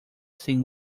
sin